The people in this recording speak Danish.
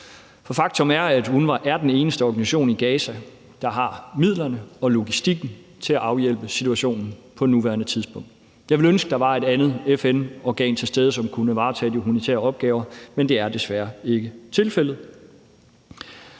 For faktum er, at UNRWA er den eneste organisation i Gaza, der har midlerne og logistikken til at afhjælpe situationen på nuværende tidspunkt. Jeg ville ønske, at der var et andet FN-organ til stede, som kunne varetage de humanitære opgaver, men det er desværre ikke tilfældet.